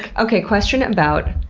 okay, question about